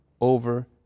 over